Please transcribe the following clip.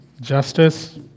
justice